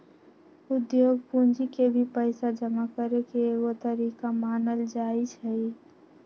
उद्योग पूंजी के भी पैसा जमा करे के एगो तरीका मानल जाई छई